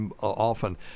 often